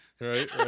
Right